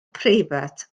preifat